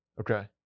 Okay